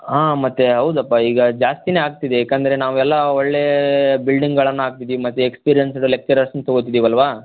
ಆಂ ಮತ್ತೆ ಹೌದಪ್ಪಾ ಈಗ ಜಾಸ್ತಿನೇ ಆಗ್ತಿದೆ ಏಕಂದರೆ ನಾವೆಲ್ಲ ಒಳ್ಳೆಯ ಬಿಲ್ಡಿಂಗ್ಗಳನ್ನು ಹಾಕ್ತಿದೀವಿ ಮತ್ತು ಎಕ್ಸ್ಪೀರಿಯೆನ್ಸಡ ಲೆಚ್ಚರರ್ಸ್ನ ತೊಗೊತಿದ್ದೀವಲ್ವಾ